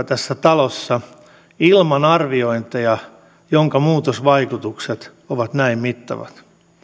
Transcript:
tässä talossa ilman arviointeja sellaista lainsäädäntöä jonka muutosvaikutukset ovat näin mittavat